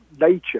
nature